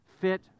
fit